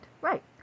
right